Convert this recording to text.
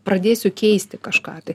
pradėsiu keisti kažką tai